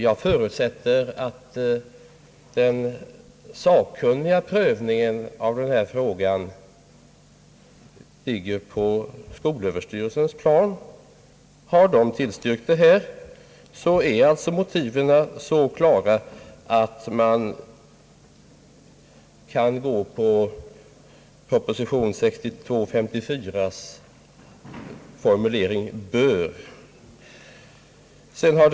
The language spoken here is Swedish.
Jag förutsätter att den sakkunniga prövningen av den här frågan ligger på skolöverstyrelsens plan. Har skolöverstyrelsen tillstyrkt, är alltså motiven så klara att man kan gå på formuleringen »bör» enligt propositionen 1962: 54.